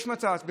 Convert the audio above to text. יש נת"צ בכביש,